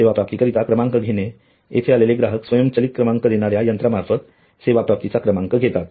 सेवा प्राप्ती करिता क्रमांक घेणे येथे आलेले ग्राहक स्वयंचलित क्रमांक देणाऱ्या यंत्रामार्फत सेवा प्राप्तीचा क्रमांक घेतात